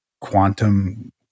quantum